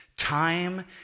Time